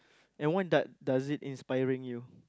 and what does does it inspiring you